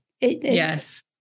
Yes